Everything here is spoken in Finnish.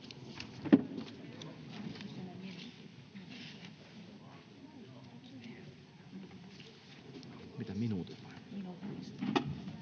Kiitos.